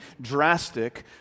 drastic